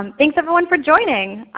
um thanks everyone for joining.